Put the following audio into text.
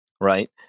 right